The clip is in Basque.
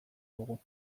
dugu